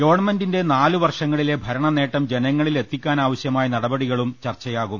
ഗവൺമെന്റിന്റെ നാലുവർഷങ്ങളിലെ ഭരണനേട്ടം ജനങ്ങളിൽ എത്തി ക്കാനാവശൃമായ നടപടികളും ചർച്ചയാകും